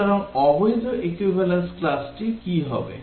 সুতরাং অবৈধ equivalence classটি কী হবে